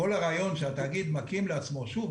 כל הרעיון שהתאגיד מקים לעצמו שוב,